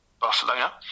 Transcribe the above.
Barcelona